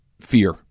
fear